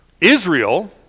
Israel